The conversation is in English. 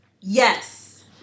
Yes